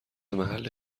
محله